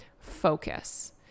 focus